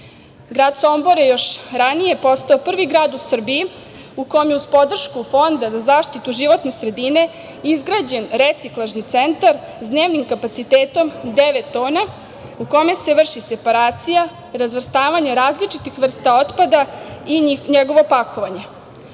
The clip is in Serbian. Grad Sombor je još ranije postao prvi grad u Srbiji u kome je uz podršku Fonda za zaštitu životne sredine izgrađen reciklažni centar s dnevnim kapacitetom devet tona u kome se vrši separacija, razvrstavanje različitih vrsta otpada i njegovo pakovanje.